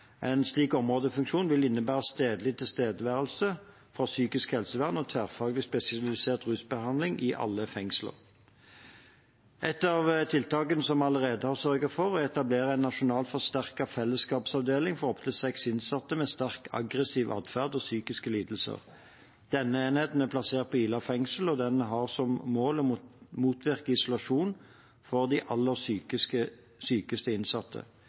En slik områdefunksjon vil innebære stedlig tilstedeværelse fra psykisk helsevern og tverrfaglig spesialisert rusbehandling i alle fengsel. Et av tiltakene vi allerede har sørget for, er å etablere en nasjonal, forsterket fellesskapsavdeling for opptil seks innsatte med sterkt aggressiv atferd og psykiske lidelser. Denne enheten er plassert på Ila fengsel, og den har som mål å motvirke isolasjon for de aller sykeste innsatte.